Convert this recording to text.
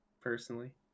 Personally